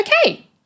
okay